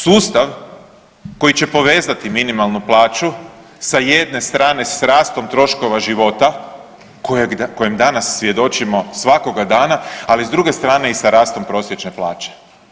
Sustav koji će povezati minimalnu plaću sa jedne s rastom troškova života, kojem danas svjedočimo svakoga dana, ali s druge strane i sa rastom prosječne plaće.